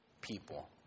people